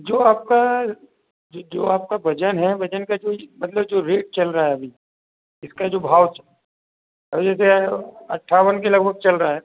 जो आपका जो आपका वज़न है वज़न का जो मतलब जो रेट चल रहा है अभी इसका जो भाव अभी जैसे अट्ठावन के लगभग चल रहा है